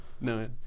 No